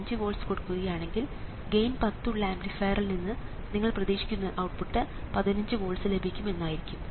5 volts കൊടുക്കുകയാണെങ്കിൽ gain 10 ഉള്ള ആംപ്ലിഫറിൽ നിന്ന് നിങ്ങൾ പ്രതീക്ഷിക്കുന്നത് ഔട്ട്പുട്ട് 15 വോൾട്സ് ലഭിക്കും എന്നായിരിക്കും